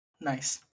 Nice